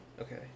Okay